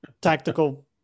tactical